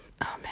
Amen